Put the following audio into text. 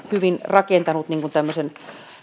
hyvin rakentanut tämmöisen